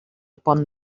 pont